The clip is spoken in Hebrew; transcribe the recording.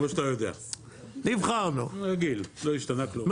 לא, לא,